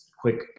quick